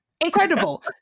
incredible